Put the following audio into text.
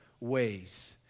ways